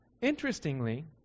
Interestingly